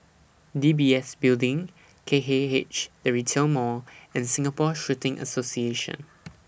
D B S Building K K H The Retail Mall and Singapore Shooting Association